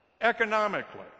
economically